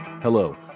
Hello